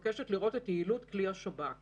אני מבקשת לאור השינוי בפרשנות שמשרד הבריאות